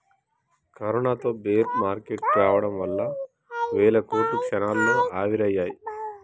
కరోనాతో bear market రావడం వల్ల వేల కోట్లు క్షణాల్లో ఆవిరయ్యాయి